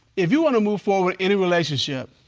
if you wanna move forward in a relationship,